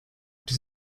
does